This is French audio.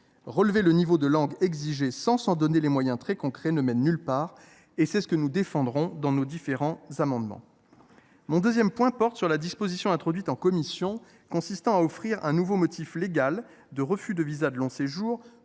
Relever le niveau de langue exigé sans s’en donner les moyens concrets ne mène nulle part. C’est ce que nous défendrons au travers de nos différents amendements. Le deuxième point de mon propos porte sur la disposition introduite en commission consistant à offrir un nouveau motif légal de refus de visa de long séjour,